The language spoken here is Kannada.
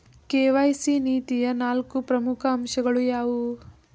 ಕೆ.ವೈ.ಸಿ ನೀತಿಯ ನಾಲ್ಕು ಪ್ರಮುಖ ಅಂಶಗಳು ಯಾವುವು?